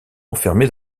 enfermé